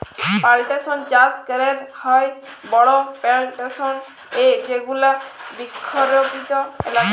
plantation চাস ক্যরেক হ্যয় বড় প্লানটেশল এ যেগুলা বৃক্ষরপিত এলাকা